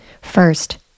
First